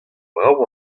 brav